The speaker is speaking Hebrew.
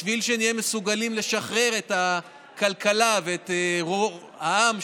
בשביל שנהיה מסוגלים לשחרר את הכלכלה ואת העם,